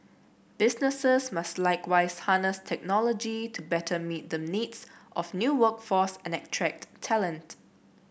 businesses must likewise harness technology to better meet the needs of new workforce and attract talent